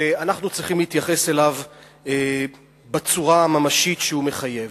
ואנחנו צריכים להתייחס אליו בצורה הממשית שהוא מחייב.